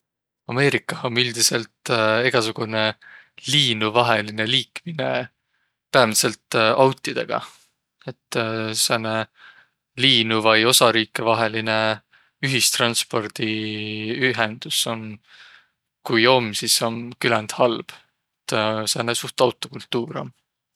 Ameerikah om üldidselt egäsugunõ liinuvahelinõ liikminõ päämidselt autidõgaq. Et sääne liinu- vai osariikevahelinõ ühistranspordi ühendüs om, kui om, sis om küländ halb. Et sääne suht autokultuur om.